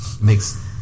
makes –